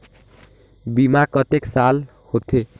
बीमा कतेक साल के होथे?